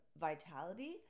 vitality